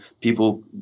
people